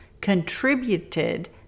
contributed